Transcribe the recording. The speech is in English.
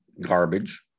garbage